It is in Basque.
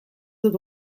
dut